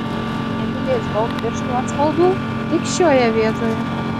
emilės gold pirštų atspaudų tik šioje vietoje